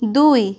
ଦୁଇ